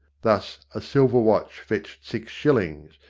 thus a silver watch fetched six shillings,